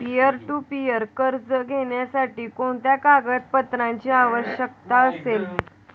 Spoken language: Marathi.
पीअर टू पीअर कर्ज घेण्यासाठी कोणत्या कागदपत्रांची आवश्यकता असेल?